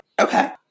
Okay